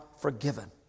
forgiven